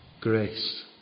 grace